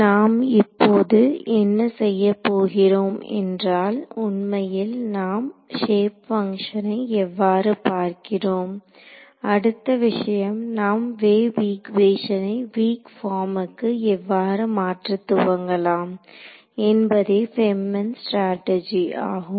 நாம் இப்போது என்ன செய்யப் போகிறோம் என்றால் உண்மையில் நாம் ஷேப் பங்க்ஷனை எவ்வாறு பார்க்கிறோம் அடுத்த விஷயம் நாம் வேவ் ஈக்குவேஷனை வீக் பார்முக்கு எவ்வாறு மாற்ற துவங்கலாம் என்பதே FEM ன் ஸ்ட்ராடஜி ஆகும்